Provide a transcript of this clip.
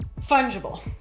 fungible